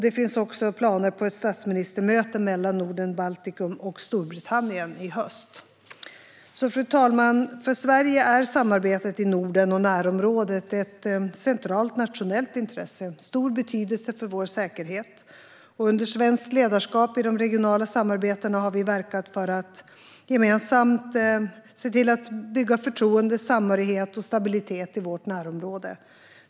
Det finns också planer på ett statsministermöte mellan Norden-Baltikum och Storbritannien i höst. Fru talman! För Sverige är samarbetet i Norden och närområdet ett centralt nationellt intresse. Det har stor betydelse för vår säkerhet. Under svenskt ledarskap i de regionala samarbetena har vi verkat för att gemensamt bygga förtroende, samhörighet och stabilitet i vårt närområde.